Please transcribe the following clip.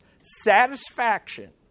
Satisfaction